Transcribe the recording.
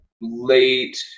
late